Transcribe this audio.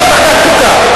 יושב-ראש ועדת חוקה.